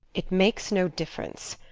it makes no difference.